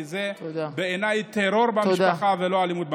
כי זה בעיניי טרור במשפחה ולא אלימות במשפחה.